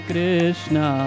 Krishna